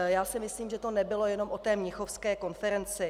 Já si myslím, že to nebylo jenom o té mnichovské konferenci.